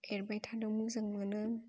एरबाय थानो मोजां मोनो